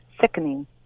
Sickening